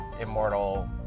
Immortal